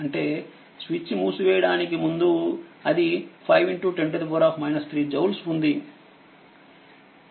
అంటేస్విచ్ మూసివేయడానికి ముందు అది5 10 3 జౌల్స్ ఉంది